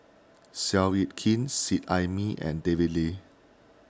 Seow Yit Kin Seet Ai Mee and David Lee